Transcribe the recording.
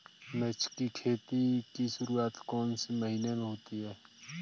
मिर्च की खेती की शुरूआत कौन से महीने में होती है?